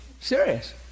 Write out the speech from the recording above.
Serious